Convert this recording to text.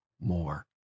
more